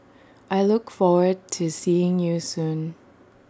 I look forward to seeing you soon